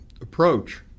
approach